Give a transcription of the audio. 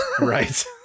Right